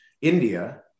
India